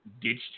ditched